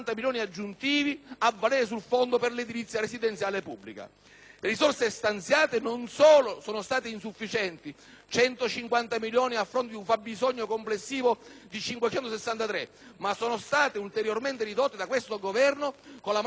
Le risorse stanziate non solo sono state insufficienti (150 milioni, a fronte di un fabbisogno complessivo di 563 milioni), ma sono state ulteriormente ridotte da questo Governo con la manovra di luglio a soli 88 milioni di euro! E non è tutto.